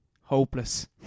hopeless